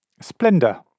Splendor